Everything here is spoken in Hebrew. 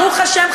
ברוך השם,